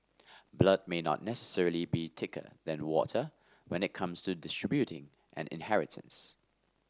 blood may not necessarily be thicker than water when it comes to distributing an inheritance